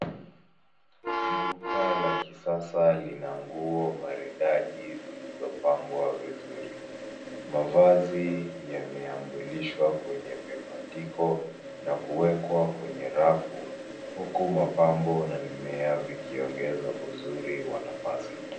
Duka la kisasa lina nguo maridadi zilizopangwa vizuri. Mavazi yameambulishwa kwenye vibandiko na kuwekwa kwenye rafu ,huku mapambo na mimea vikiongeza uzuri wa nafasi.